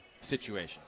situation